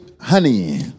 Honey